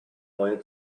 neue